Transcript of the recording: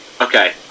Okay